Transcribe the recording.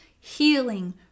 healing